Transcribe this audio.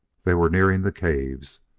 they were nearing the caves.